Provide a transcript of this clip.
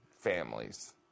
families